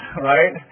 right